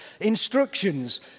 Instructions